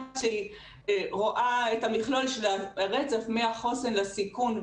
שרואה את המכלול של הרצף מהחוסן לסיכון,